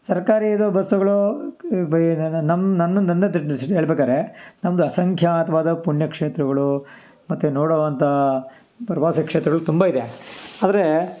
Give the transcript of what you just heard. ಸರ್ಕಾರಿದು ಬಸ್ಸುಗಳು ನಮ್ಮ ನನ್ನ ನನ್ನ ದೃಷ್ಟಿಯಲ್ಲಿ ಹೇಳ್ಬೇಕಾರೆ ನಮ್ಮದು ಅಸಂಖ್ಯಾತವಾದ ಪುಣ್ಯಕ್ಷೇತ್ರಗಳು ಮತ್ತು ನೋಡುವಂಥ ಪ್ರವಾಸಿ ಕ್ಷೇತ್ರಗಳು ತುಂಬ ಇದೆ ಆದರೆ